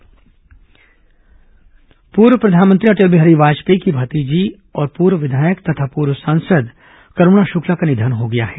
करूणा शुक्ला निधन पूर्व प्रधानमंत्री अटल बिहारी वाजपेयी की भतीजी और पूर्व विधायक तथा पूर्व सांसद करुणा शुक्ला का निधन हो गया है